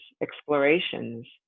explorations